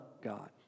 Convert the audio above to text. God